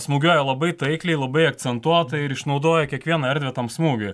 smūgiuoja labai taikliai labai akcentuotai ir išnaudoja kiekvieną erdvę tam smūgiui